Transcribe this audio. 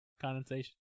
Condensation